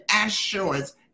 assurance